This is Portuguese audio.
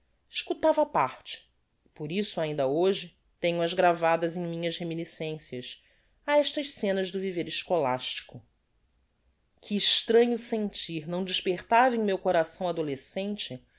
escutava á parte e por isso ainda hoje tenho as gravadas em minhas reminiscencias á estas scenas do viver escholastico que extranho sentir não despertava em meu coração adolescente